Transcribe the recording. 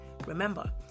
Remember